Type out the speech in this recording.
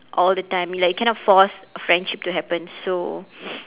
all the time you like you cannot force a friendship to happen so